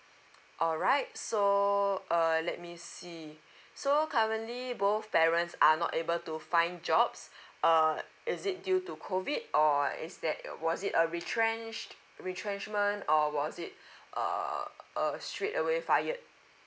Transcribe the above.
all right so uh let me see so currently both parents are not able to find jobs uh is it due to COVID or is that was it a retrench retrenchment or was it err uh straightaway fired